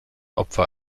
opfer